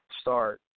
start